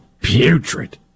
putrid